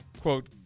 quote